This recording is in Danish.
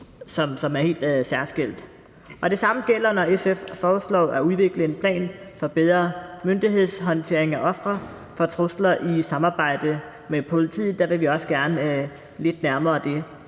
som er helt særskilt. Det samme gælder, når SF foreslår at udvikle en plan for bedre myndighedshåndtering af ofre for trusler i samarbejde med politiet. Der vil vi det også gerne lidt nærmere.